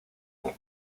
del